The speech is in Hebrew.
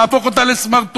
להפוך אותה לסמרטוט,